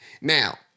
Now